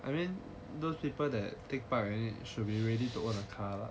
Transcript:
I mean those people that take part right should be ready to own a car lah